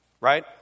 right